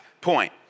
point